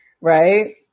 right